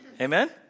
Amen